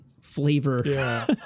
flavor